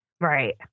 Right